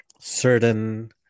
certain